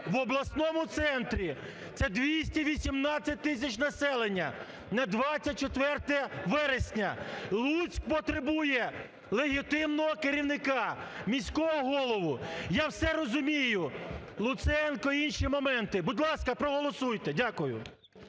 в обласному центрі. Це 218 тисяч населення, на 24 вересня. Луцьк потребує легітимного керівника, міського голову. Я все розумію: Луценко, інші моменти. Будь ласка, проголосуйте! Дякую.